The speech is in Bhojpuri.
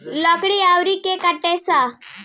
लकड़ी आरी से कटाला